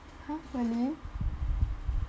!huh! really